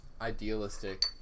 idealistic